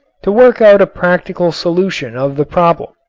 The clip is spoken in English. to work out a practical solution of the problem.